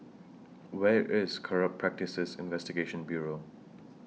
Where IS Corrupt Practices Investigation Bureau